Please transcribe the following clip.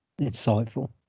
insightful